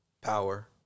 power